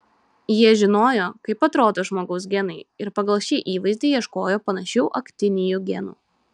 jie žinojo kaip atrodo žmogaus genai ir pagal šį įvaizdį ieškojo panašių aktinijų genų